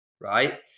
right